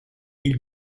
ils